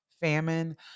famine